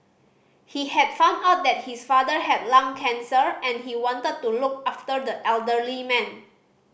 he had found out that his father had lung cancer and he wanted to look after the elderly man